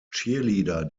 cheerleader